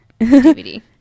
DVD